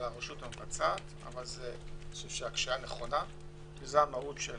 על הרשות המבצעת אבל אני חושב שזה נכון כי זו המהות של